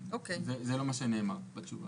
זה לא מה שנאמר בתשובה.